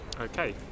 Okay